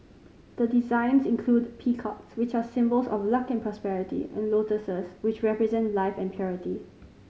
the designs include peacocks which are symbols of luck and prosperity and lotuses which represent life and purity